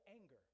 anger